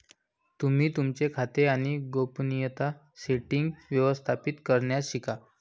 तुम्ही तुमचे खाते आणि गोपनीयता सेटीन्ग्स व्यवस्थापित करण्यास शिका